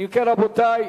אם כן, רבותי,